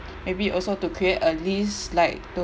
maybe also to create a list like